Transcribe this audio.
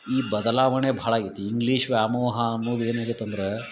ಈ ಬದಲಾವಣೆ ಭಾಳ ಆಗೈತಿ ಇಂಗ್ಲೀಷ್ ವ್ಯಾಮೋಹ ಅನ್ನುದ ಏನಾಗೈತಂದ್ರ